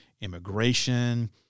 immigration